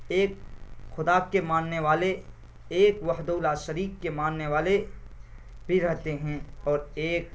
ایک خدا کے ماننے والے ایک وحدہ لا شریک کے ماننے والے بھی رہتے ہیں اور ایک